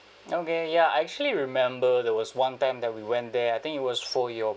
okay ya I actually remember there was one time that we went there I think it was for your